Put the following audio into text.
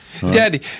Daddy